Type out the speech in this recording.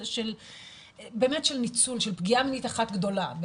של פגיעה מינית אחת גדולה.